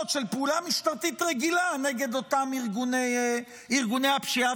של פעולה משטרתית רגילה נגד אותם ארגוני הפשיעה,